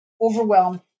overwhelmed